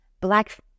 black